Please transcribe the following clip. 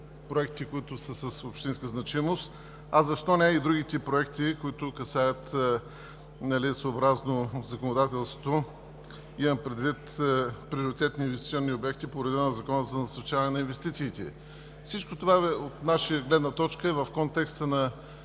които са с общинска значимост, а защо не и другите проекти, които касаят дали се съобразно законодателството. Имам предвид приоритетни инвестиционни обекти по реда на Закона за насърчаване на инвестициите. Всичко това от наша гледна точка е в контекста на